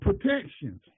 protections